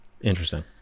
interesting